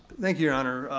thank you your honor.